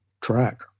track